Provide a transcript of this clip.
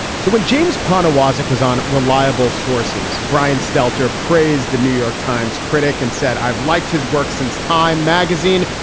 so when james poniewozik was on reliable sources brian stelter praised the new york times critic and said i've liked his work since time magazine.